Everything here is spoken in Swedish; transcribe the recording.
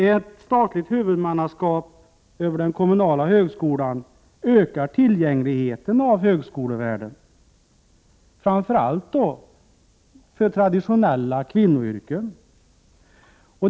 Ett statligt huvudmannaskap över den kommunala högskolan ökar tillgängligheten till högskolevärlden, framför allt för traditionella kvinnoyrken.